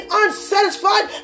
unsatisfied